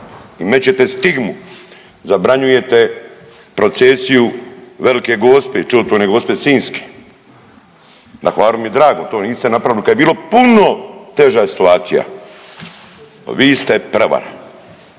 I mećete stigmu, zabranjujete procesiju Velike Gospe, Čudotvorne Gospe Sinjske. Na Hvaru mi je drago, to niste napravili kad je bila puno teža situacija. Vi ste prevara,